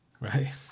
right